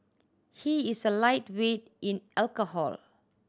he is a lightweight in alcohol